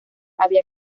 había